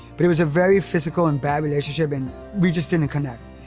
but it was a very physical and bad relationship and we just didn't connect.